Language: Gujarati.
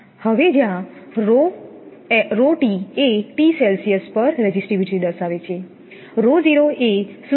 હવે જ્યાં ρ એ ટી સેલ્સિયસ પર રેઝિસ્ટિવિટી દર્શાવે છે